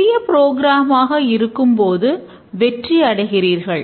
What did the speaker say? நமக்கு வடிவமைப்பு கிடைத்த பிறகு